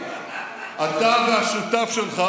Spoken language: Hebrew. אתה והשותף שלך,